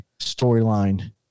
storyline